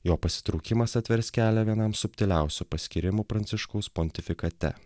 jo pasitraukimas atvers kelią vienam subtiliausių paskyrimų pranciškaus pontifikate